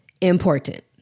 Important